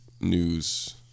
news